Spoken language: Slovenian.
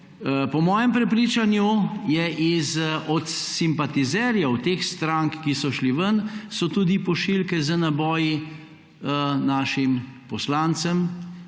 Po mojem prepričanju so tudi od simpatizerjev teh strank, ki so šli ven, pošiljke z naboji našim poslancem,